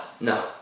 No